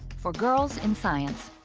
for girls in science.